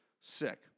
sick